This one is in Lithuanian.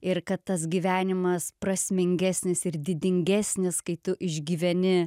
ir kad tas gyvenimas prasmingesnis ir didingesnis kai tu išgyveni